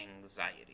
Anxiety